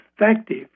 effective